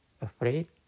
afraid